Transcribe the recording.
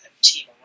team